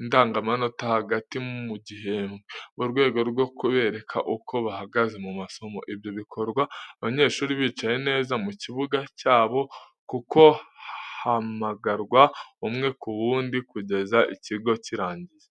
indangamanota hagati mu gihembwe, mu rwego rwo kubereka uko bahagaze mu masomo. Ibyo bikorwa, abanyeshuri bicaye neza mu kibuga cyabo kuko hamagarwa umwe ku wundi kugeza ikigo kirangiye.